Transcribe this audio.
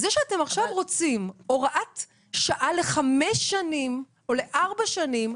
זה שאתם עכשיו רוצים הוראת שעה לחמש שנים או לארבע שנים,